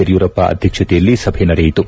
ಯಡಿಯೂರಪ್ಪ ಅಧ್ಯಕ್ಷತೆಯಲ್ಲಿ ಸಭೆ ನಡೆಯಿತು